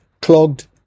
clogged